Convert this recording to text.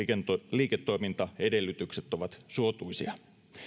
liiketoimintaedellytykset ovat suotuisia